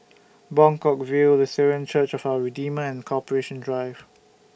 Buangkok View Lutheran Church For Redeemer and Corporation Drive